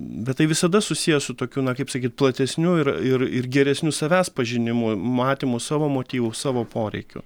bet tai visada susiję su tokiu na kaip sakyt platesniu ir ir ir geresniu savęs pažinimu matymu savo motyvų savo poreikių